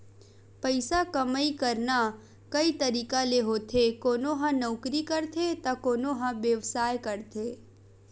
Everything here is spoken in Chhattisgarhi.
पइसा कमई करना कइ तरिका ले होथे कोनो ह नउकरी करथे त कोनो ह बेवसाय करथे